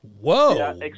whoa